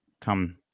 come